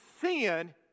sin